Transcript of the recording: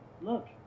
look